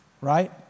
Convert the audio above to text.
right